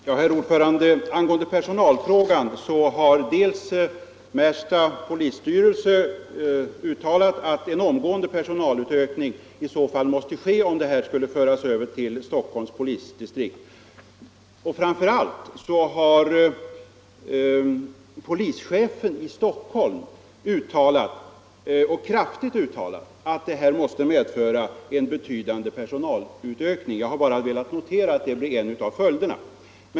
Herr talman! Angående personalfrågan har Märsta polisstyrelse uttalat att en omgående personalutökning måste ske, om den här verksamheten skulle föras över till Stockholms polisdistrikt. Framför allt har polischefen i Stockholm kraftigt understrukit att en omorganisation måste medföra en betydande personalutökning. Jag har bara velat notera att detta blir en av följderna.